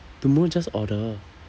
don't know just order